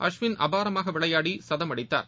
அஸ்வின் அபாரமாக விளையாடி சதம் அடித்தார்